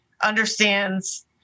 understands